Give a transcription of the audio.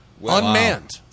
Unmanned